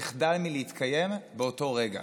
תחדל מלהתקיים באותו רגע.